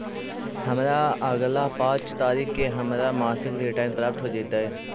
हमरा अगला पाँच तारीख के हमर मासिक रिटर्न प्राप्त हो जातइ